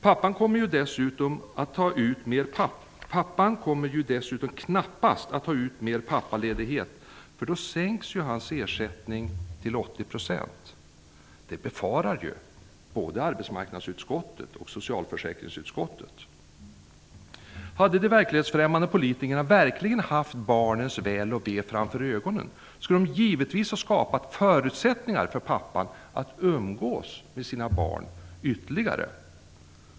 Pappan kommer dessutom knappast att ta ut mer pappaledighet, för då sänks hans ersättning till 80 %. Det befarar både arbetsmarknadsutskottet och socialförsäkringsutskottet. Hade de verklighetsfrämmande politikerna verkligen haft barnens väl och ve för ögonen skulle de givetvis ha skapat förutsättningar för pappan att umgås med sina barn ytterligare.